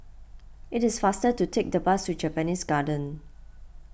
it is faster to take the bus to Japanese Garden